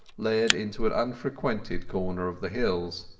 led into an unfrequented corner of the hills.